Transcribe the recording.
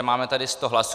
Máme tady 100 hlasů.